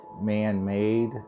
man-made